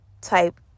type